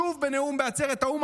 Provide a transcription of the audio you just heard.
שוב בנאום בעצרת האו"ם,